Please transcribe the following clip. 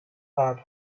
had